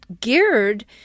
geared